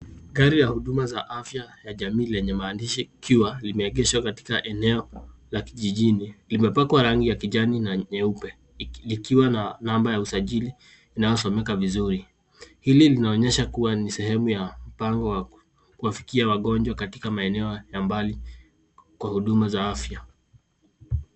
Gari ya huduma za afya ya jamii lenye maandishi ikiwa limeegeshwa katika eneo la kijijini. Limepakwa rangi ya kijani na nyeupe likiwa na namba ya usafiri inayosomeka vizuri. Ili linaonyesha kuwa ni sehemu ya mpango wa kufikia wagonjwa katika maeneo ya mbali kwa huduma za afya.